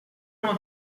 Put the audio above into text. uno